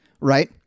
right